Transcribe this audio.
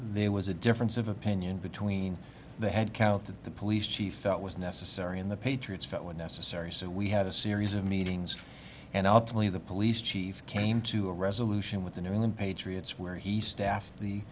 there was a difference of opinion between the head count that the police chief felt was necessary and the patriots felt was necessary so we had a series of meetings and ultimately the police chief came to a resolution with the new england patriots where he staffs the